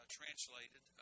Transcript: translated